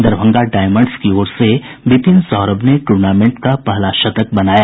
Darbhanga diamonds की ओर से बिपिन सौरभ ने टूर्नामेंट का पहला शतक बनाया